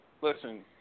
Listen